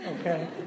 okay